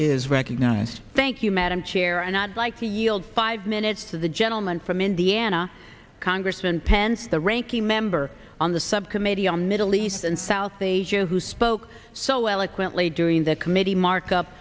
is recognized thank you madam chair and i'd like to yield five minutes to the gentleman from indiana congressman pence the ranking member on the subcommittee on middle east and south asia who spoke so eloquently doing the committee markup